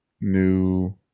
new